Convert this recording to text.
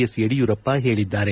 S Yediyurappa ಹೇಳಿದ್ದಾರೆ